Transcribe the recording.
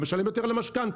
גם משלם יותר על המשכנתה.